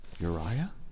Uriah